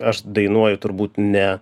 aš dainuoju turbūt ne